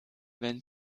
wenn